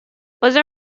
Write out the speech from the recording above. other